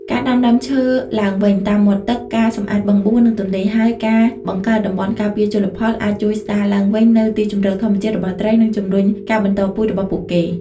ការដាំដើមឈើឡើងវិញតាមមាត់ទឹក ការសម្អាតបឹងបួ និងទន្លេ ហើយការបង្កើតតំបន់ការពារជលផល អាចជួយស្ដារឡើងវិញនូវទីជម្រកធម្មជាតិរបស់ត្រី និងជំរុញការបន្តពូជរបស់ពួកវា។